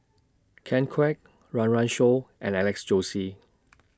Ken Kwek Run Run Shaw and Alex Josey